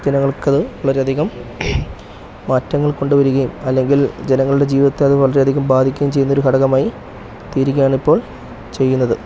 ജനങ്ങൾക്ക് വളരെ അധികം മാറ്റങ്ങൾ കൊണ്ട് വരികയും അല്ലെങ്കിൽ ജനങ്ങളുടെ ജീവിതത്തെ അത് വളരെ അധികം ബാധിക്കുകയും ചെയ്യുന്ന ഒരു ഘടകമായി എത്തിരിക്കുകയാണ് ഇപ്പോൾ ചെയ്യുന്നത്